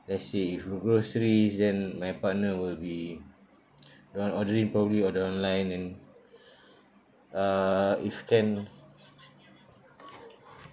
let's say if for groceries then my partner will be you want order in probably order online and uh if can